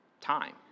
time